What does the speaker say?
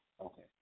Okay